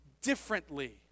differently